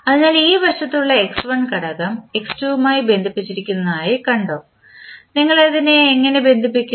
അതിനാൽ ഈ വശത്തുള്ള x1 ഘടകം x2 മായി ബന്ധിപ്പിച്ചിരിക്കുന്നതായി കണ്ടോ നിങ്ങൾ എങ്ങനെ അതിനെ ബന്ധിപ്പിക്കുന്നു